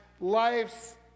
life's